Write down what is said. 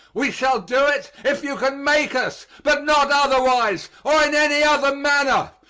we shall do it, if you can make us but not otherwise, or in any other manner.